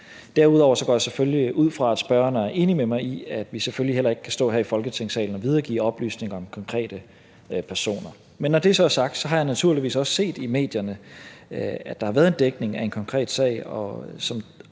Derudover går jeg selvfølgelig ud fra, at spørgeren er enig med mig i, at vi selvfølgelig heller ikke kan stå her i Folketingssalen og videregive oplysninger om konkrete personer. Men når det så er sagt, har jeg naturligvis også set i medierne, at der har været en dækning af en konkret sag,